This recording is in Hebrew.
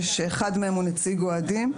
כשאחד מהם הוא נציג האוהדים,